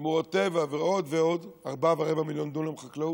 שמורות טבע, ועוד ועוד, 4.25 מיליון דונם חקלאות.